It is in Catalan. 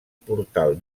portal